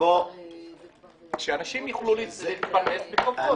שאנשים יוכלו להתפרנס בכבוד.